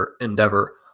endeavor